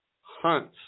hunt